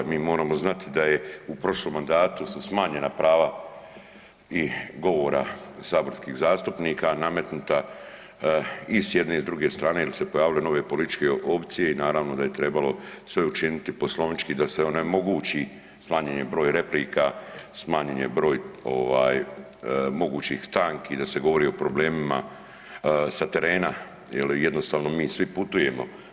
Mi moramo znati da je u prošlom mandatu su smanjena prava i govora saborskih zastupnika nametnuta i s jedne i s druge strane jel su se pojavile nove političke opcije i naravno da je trebalo sve učiniti poslovnički da se onemogući smanjen je broj replika, smanjen je broj ovaj mogućih stanki da se govori o problemima, sa terena jel jednostavno mi svi putujemo.